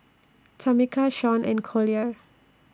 Tamica Shaun and Collier